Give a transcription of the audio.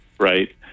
Right